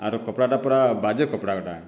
ଏହାର କପଡ଼ାଟା ପୂରା ବାଜେ କପଡ଼ାଟା